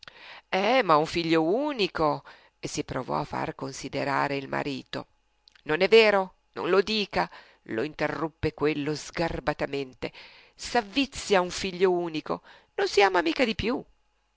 eh ma un figlio unico si provò a far considerare il marito non è vero non lo dica lo interruppe quello sgarbatamente s'avvizia un figlio unico non si ama mica di più